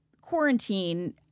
quarantine